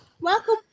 Welcome